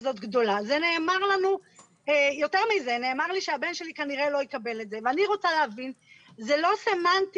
אומרת, תראו איך